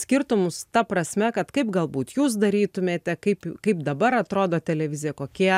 skirtumus ta prasme kad kaip galbūt jūs darytumėte kaip kaip dabar atrodo televizija kokie